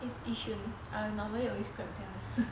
is yishun ah normally I always Grab there [one]